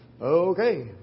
Okay